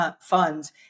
funds